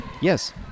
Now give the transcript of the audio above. Yes